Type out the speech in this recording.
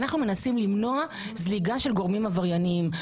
אנחנו מנסים למנוע זליגה של גורמים עבריינים.